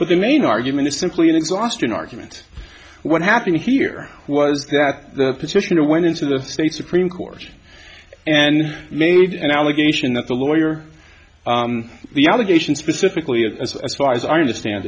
but the main argument is simply an exhaustion argument what happened here was that the petitioner went into the state supreme court and made an allegation that the lawyer the allegation specifically as far as i understand